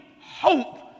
hope